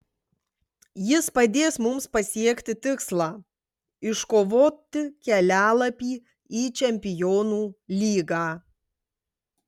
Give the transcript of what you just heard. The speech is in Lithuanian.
jis padės mums pasiekti tikslą iškovoti kelialapį į čempionų lygą